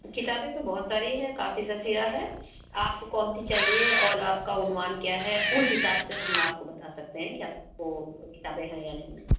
کتابیں تو بہت ساری ہیں کافی ذخیرہ ہے آپ کو کونسی چاہیے اور آپ کا عنوان کیا ہے اُس حساب سے ہم آپ کو بتا سکتے ہیں کہ آپ کو کتابیں ہیں یا نہیں ہیں